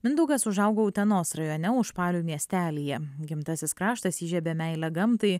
mindaugas užaugo utenos rajone užpalių miestelyje gimtasis kraštas įžiebė meilę gamtai